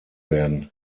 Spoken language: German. werden